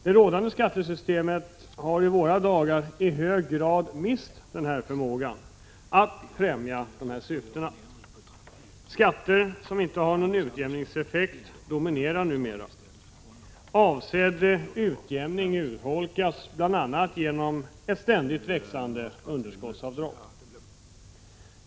Det rådande skattesystemet har i våra dagar i hög grad mist förmågan att främja dessa syften. Skatter som inte har någon utjämningseffekt dominerar. Avsedd utjämning urholkas, bl.a. genom ett ständigt växande underskottsavdrag.